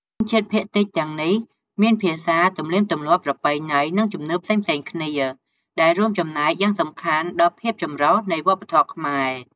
ជនជាតិភាគតិចទាំងនេះមានភាសា ទំនៀមទម្លាប់ ប្រពៃណី និងជំនឿផ្សេងៗគ្នា ដែលរួមចំណែកយ៉ាងសំខាន់ដល់ភាពចម្រុះនៃវប្បធម៌ខ្មែរ។